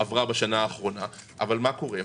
מה קורה פה?